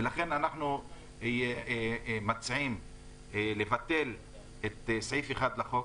ולכן אנחנו מציעים לבטל את סעיף 1 לחוק.